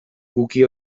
cookie